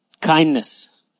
Kindness